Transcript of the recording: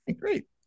Great